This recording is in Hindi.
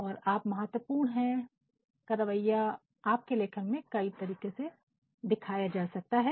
और यह यू ऐटिटूड का रवैया आपके लेखन में कई तरीके से दिखाया जा सकता है